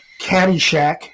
caddyshack